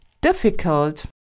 difficult